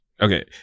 okay